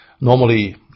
Normally